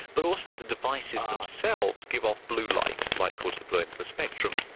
but also the devices themselves give off blue light, light towards the blue end of the spectrum,